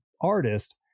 artist